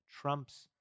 trumps